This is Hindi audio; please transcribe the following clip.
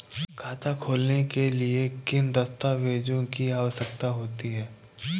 खाता खोलने के लिए किन दस्तावेजों की आवश्यकता होती है?